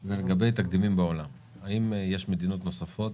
זה לגבי תקדימים בעולם האם יש מדינות נוספות